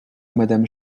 madame